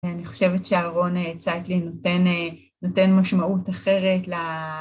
אני חושבת שאהרון צייטלין נותן משמעות אחרת ל...